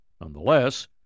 Nonetheless